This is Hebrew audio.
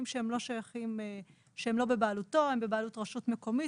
שהם לא בבעלותו אלא הם בבעלות רשות מקומית,